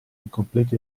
incompleto